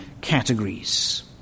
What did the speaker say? categories